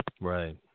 right